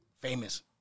Famous